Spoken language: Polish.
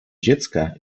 dziecka